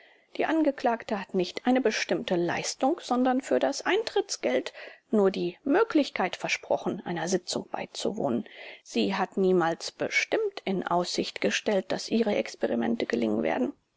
die angeklagte hat nicht eine bestimmte leistung sondern für das eintrittsgeld nur die möglichkeit versprochen einer sitzung beizuwohnen sie hat niemals bestimmt in aussicht gestellt daß ihre experimente gelingen werden